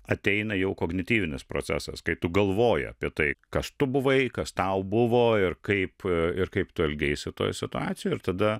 ateina jau kognityvinis procesas kai tu galvoji apie tai kas tu buvai kas tau buvo ir kaip ir kaip tu elgeisi toj situacijoj ir tada